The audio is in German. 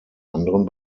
anderen